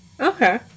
Okay